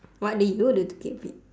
what did you do to keep fit